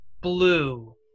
blue